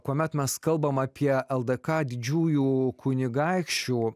kuomet mes kalbame apie ldk didžiųjų kunigaikščių